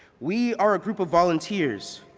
we are a group of volunteers,